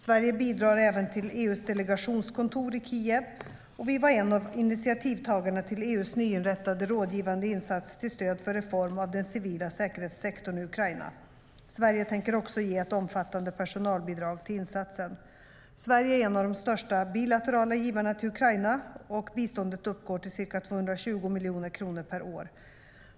Sverige bidrar även till EU:s delegationskontor i Kiev, och vi var en av initiativtagarna till EU:s nyinrättade rådgivande insats till stöd för reform av den civila säkerhetssektorn i Ukraina. Sverige tänker också ge ett omfattande personalbidrag till insatsen. Sverige är en av de största bilaterala givarna till Ukraina, och biståndet uppgår till ca 220 miljoner kronor per år.